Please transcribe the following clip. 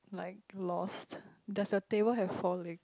like lost does the table have four legs